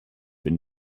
been